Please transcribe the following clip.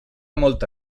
molta